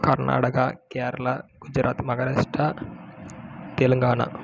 Karnataka Kerala Gujarat Maharashtra Telangana